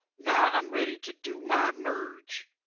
now i'm ready to do my merge.